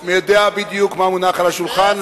אני יודע בדיוק מה מונח על השולחן,